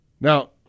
Now